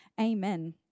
amen